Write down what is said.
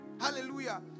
Hallelujah